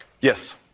Yes